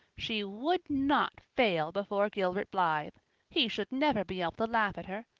she would not fail before gilbert blythe he should never be able to laugh at her,